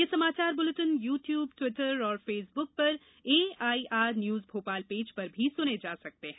ये समाचार bulletin YouTube Twitter और फेसबुक पर एआईआर न्यूज भोपाल पेज पर सुने जा सकते हैं